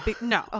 no